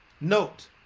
Note